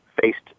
faced